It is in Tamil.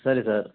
சரி சார்